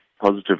positive